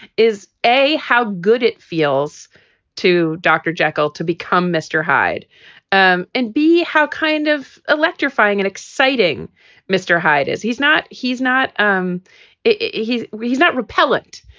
is a how good it feels to dr. jekyll to become mr. hyde um and b, how kind of electrifying and exciting mr. hyde is. he's not he's not um he's he's not repellent.